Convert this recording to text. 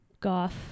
goth